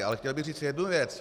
Ale chtěl bych říci jednu věc.